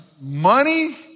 money